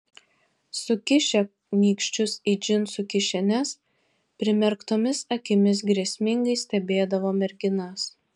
sukišę nykščius į džinsų kišenes primerktomis akimis grėsmingai stebėdavo merginas